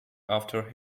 after